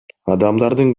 адамдардын